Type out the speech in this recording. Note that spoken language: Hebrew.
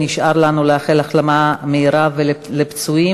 נשאר לנו לאחל החלמה מהירה לפצועים,